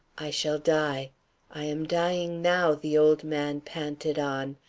i shall die i am dying now, the old man panted on.